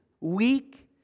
weak